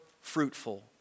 fruitful